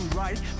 right